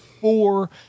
four